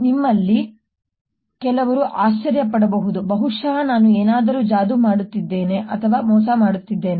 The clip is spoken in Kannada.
ನಿಮ್ಮಲ್ಲಿ ಕೆಲವರು ಆಶ್ಚರ್ಯ ಪಡಬಹುದು ಬಹುಶಃ ನಾನು ಏನಾದರೂ ಜಾದೂ ಮಾಡುತ್ತಿದ್ದೇನೆ ಅಥವಾ ಮೋಸ ಮಾಡುತ್ತಿದ್ದೇನೆ